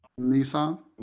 Nissan